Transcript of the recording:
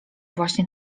właśnie